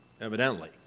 evidently